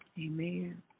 Amen